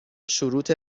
شروط